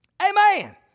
Amen